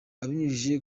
abinyujije